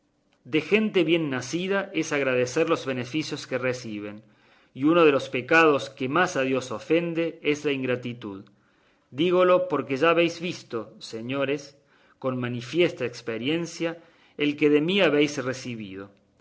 de gente bien nacida es agradecer los beneficios que reciben y uno de los pecados que más a dios ofende es la ingratitud dígolo porque ya habéis visto señores con manifiesta experiencia el que de mí habéis recebido